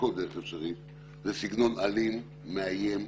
זה סגנון אלים, מאיים,